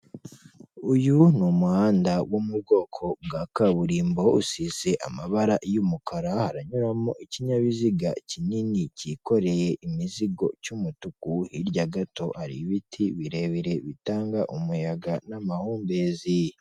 Uyu ni umuhanda wo mu bwoko bwa kaburimbo usize amabara y'umukara, haranyuramo ikinyabiziga kinini cyikoreye imizigo cy'umutuku, hirya gato hari ibiti birebire bitanga umuyaga n'amahumbezi.